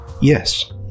Yes